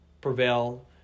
prevail